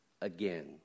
again